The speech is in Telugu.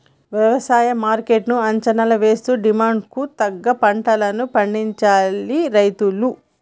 వ్యవసాయ మార్కెట్ ను అంచనా వేస్తూ డిమాండ్ కు తగ్గ పంటలను పండించాలి రైతులు